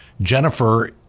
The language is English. Jennifer